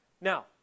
Now